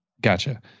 gotcha